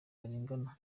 arengana